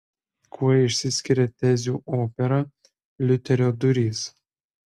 kuo išsiskiria tezių opera liuterio durys